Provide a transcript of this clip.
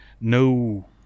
no